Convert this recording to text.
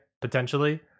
potentially